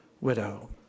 widow